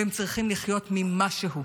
והם צריכים לחיות ממשהו,